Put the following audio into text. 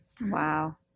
Wow